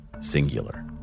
singular